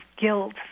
guilt